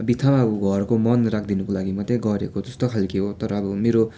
बित्थामा घरको मन राखिदिनको लागि मात्रै गरेको जस्तै खाले हो तर अब मेरो